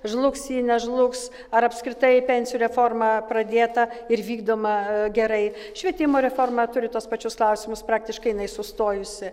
žlugs ji nežlugs ar apskritai pensijų reforma pradėta ir vykdoma gerai švietimo reforma turi tuos pačius klausimus praktiškai jinai sustojusi